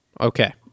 Okay